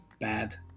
bad